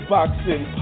Boxing